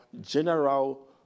general